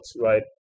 right